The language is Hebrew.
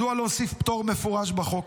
מדוע להוסיף פטור מפורש בחוק?